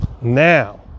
Now